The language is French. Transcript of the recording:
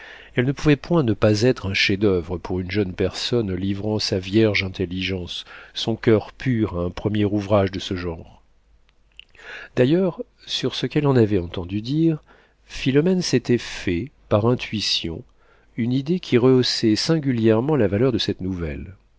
elle ne pouvait point ne pas être un chef-d'oeuvre pour une jeune personne livrant sa vierge intelligence son coeur pur à un premier ouvrage de ce genre d'ailleurs sur ce qu'elle en avait entendu dire philomène s'était fait par intuition une idée qui rehaussait singulièrement la valeur de cette nouvelle